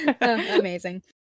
amazing